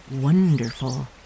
wonderful